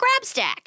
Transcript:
Grabstack